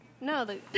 No